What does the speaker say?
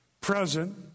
present